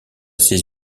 ses